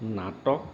নাটক